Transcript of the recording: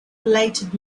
related